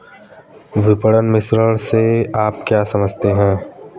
विपणन मिश्रण से आप क्या समझते हैं?